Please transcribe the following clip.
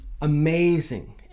amazing